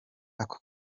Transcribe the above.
ako